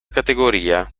categoria